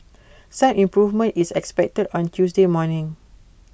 some improvement is expected on Tuesday morning